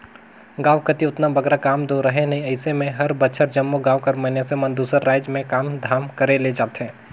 गाँव कती ओतना बगरा काम दो रहें नई अइसे में हर बछर जम्मो गाँव कर मइनसे मन दूसर राएज में काम धाम करे ले जाथें